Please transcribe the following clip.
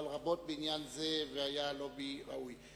פעל רבות בעניין זה, והיה לו לובי ראוי.